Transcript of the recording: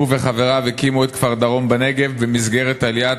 הוא וחבריו הקימו את כפר-דרום בנגב במסגרת עליית